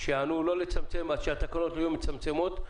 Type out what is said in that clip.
שהתקנות לא יהיו מצמצמות.